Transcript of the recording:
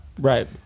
Right